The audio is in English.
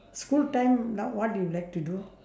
school time wh~ what do you like to do